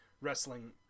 wrestling